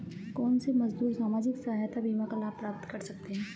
कौनसे मजदूर सामाजिक सहायता बीमा का लाभ प्राप्त कर सकते हैं?